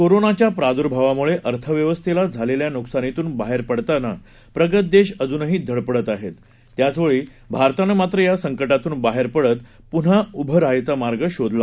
कोरोनाच्याप्राद्भावामुळेअर्थव्यवस्थेलाझालेल्यानुकसानीतूनबाहेरपडतानाप्रगतदेशअजूनहीधडपडतआहेत त्याचवेळीभारतानंमात्रयासंकटातूनबाहेरपडतपुन्हाउभंराहायचामार्गशोधला